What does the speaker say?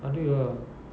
ada ah